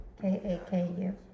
K-A-K-U